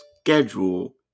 Schedule